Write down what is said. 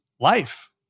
life